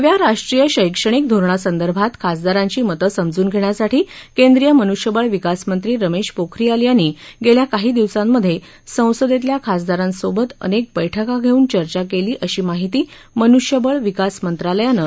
नव्या राष्ट्रीय शैक्षणिक धोरणासंदर्भात खासदारांची मतं समजून घेण्यासाठी केंद्रीय मनुष्यबळ विकासमंत्री रमेश पोखरियाल यांनी गेल्या काही दिवसांमध्ये संसदेतल्या खासदारांसोबत अनेक बैठका घेऊन चर्चा केली अशी माहिती मनुष्यबळ विकास मंत्रालयानं एक प्रसिद्धीपत्रका जारी करून दिली आहे